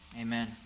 Amen